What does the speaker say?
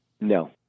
No